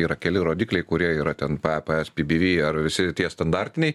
yra keli rodikliai kurie yra ten pa pa es pi bi vi ar visi tie standartiniai